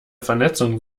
vernetzung